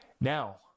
Now